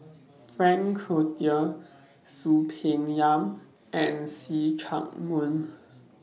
Frank Cloutier Soon Peng Yam and See Chak Mun